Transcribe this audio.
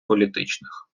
політичних